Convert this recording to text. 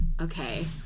Okay